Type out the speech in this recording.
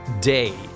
Day